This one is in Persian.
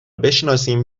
بشناسیم